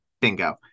Bingo